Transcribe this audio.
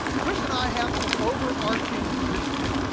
chris and i have some overarching positions.